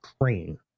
crane